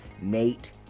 Nate